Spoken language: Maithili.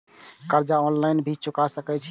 कर्जा ऑनलाइन भी चुका सके छी?